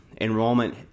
enrollment